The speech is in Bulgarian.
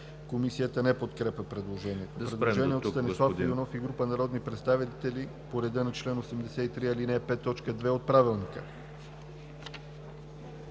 Комисията не подкрепя предложението. Предложение от Станислав Иванов и група народни представители по реда на чл. 83, ал. 5, т. 2 от Правилника